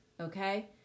Okay